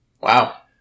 Wow